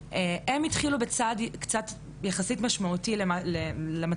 שהם הקימו מערכת בעצם שמאפשרת לעמותות חברה